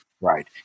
Right